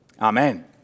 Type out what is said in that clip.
Amen